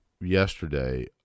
yesterday